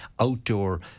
outdoor